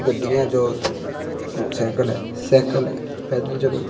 गड्डियें र जाओ मोटर सैकल ऐ सैकल ऐ पैदल चलो